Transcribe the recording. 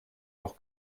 auch